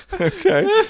Okay